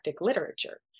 literature